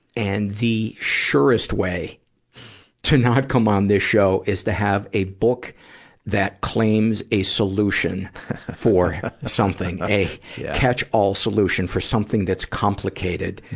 and the surest way to not come on this show is to have a book that claims a solution for something. a catch-all solution for something that's complicated.